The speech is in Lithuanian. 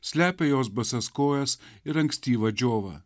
slepia jos basas kojas ir ankstyva džiova